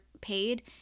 paid